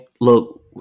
look